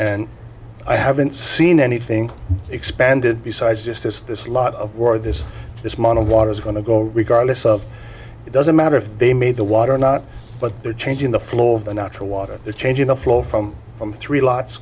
and i haven't seen anything expanded besides just this this lot of where this this model water's going to go regardless of it doesn't matter if they made the water or not but they're changing the floor the natural water is changing the flow from three lots